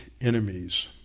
enemies